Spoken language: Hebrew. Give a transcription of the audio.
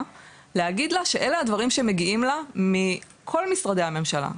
להגיד לה שאלו הדברים שמגיעים לה מכל משרדי הממשלה.